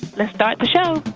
let's start the show